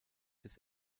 des